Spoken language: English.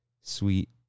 sweet